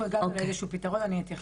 אנחנו הגענו לאיזשהו פתרון, אני אתייחס.